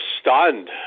stunned